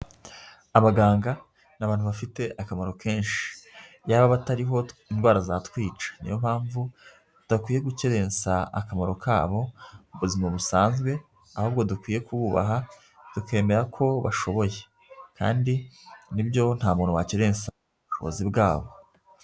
Abaganga ni abantu bafite akamaro kenshi, yaba batariho indwara zatwica, ni yo mpamvu tudakwiye gukerensa akamaro kabo mu buzima busanzwe, ahubwo dukwiye kububaha tukemera ko bashoboye, kandi ni byo nta muntu wakerensa ubushobozi bwabo.